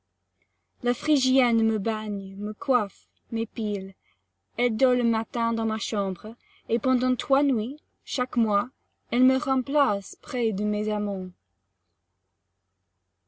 la phrygienne me baigne me coiffe et m'épile elle dort le matin dans ma chambre et pendant trois nuits chaque mois elle me remplace près de mes amants